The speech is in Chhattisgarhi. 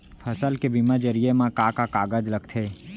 फसल के बीमा जरिए मा का का कागज लगथे?